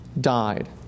died